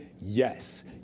yes